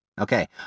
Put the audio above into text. Okay